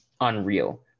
unreal